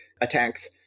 attacks